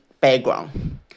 background